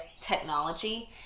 technology